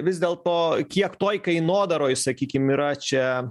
vis dėlto kiek toj kainodaroj sakykim yra čia